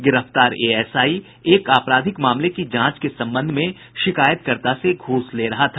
गिरफ्तार एएसआई एक आपराधिक मामले की जांच के संबंध में शिकायतकर्ता से घूस ले रहा था